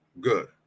good